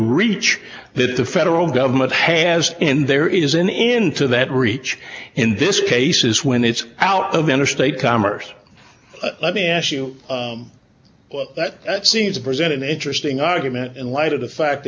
reach that the federal government has in there is in into that reach in this case is when it's out of interstate commerce let me ask you that that seems to present an interesting argument in light of